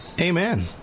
Amen